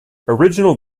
original